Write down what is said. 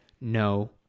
no